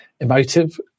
emotive